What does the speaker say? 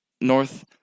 North